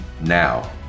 now